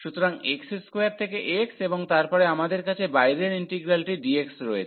সুতরাং x2 থেকে x এবং তারপরে আমাদের কাছে বাইরের ইন্টিগ্রালটি dx রয়েছে